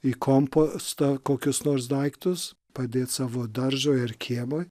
į kompostą kokius nors daiktus padėt savo daržui ir kiemui